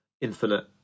infinite